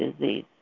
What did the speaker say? disease